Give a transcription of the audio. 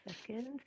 second